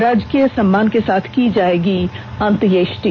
राजकीय सम्मान के साथ की जाएगी अत्येष्टि